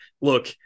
look